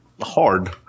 hard